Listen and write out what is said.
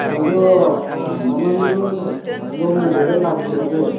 ꯑꯗꯣ ꯃꯃꯟꯗꯣ ꯑꯗꯣꯝꯅ ꯗꯥꯏꯔꯦꯛ ꯂꯥꯛꯄꯤꯔꯗꯤ